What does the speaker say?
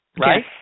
right